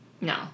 No